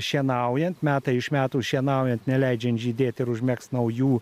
šienaujant metai iš metų šienaujant neleidžiant žydėt ir užmegst naujų